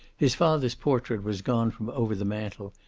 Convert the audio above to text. his father's portrait was gone from over the mantel,